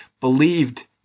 believed